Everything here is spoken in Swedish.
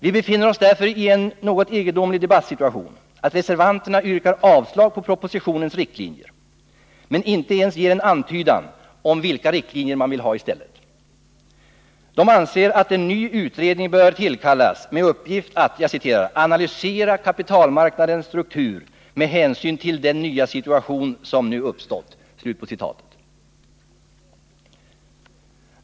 Vi befinner oss därför i den något egendomliga debattsituationen att reservanterna yrkar avslag på propositionens riktlinjer men inte ger ens en antydan om vilka riktlinjer man vill ha i stället. De anser att en ny utredning bör tillkallas med uppgift att ”analysera kapitalmarknadens struktur med hänsyn till den nya situation som nu uppstått”.